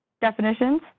definitions